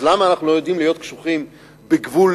אז למה אנחנו לא יודעים להיות קשוחים בגבול